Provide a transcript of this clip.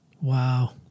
Wow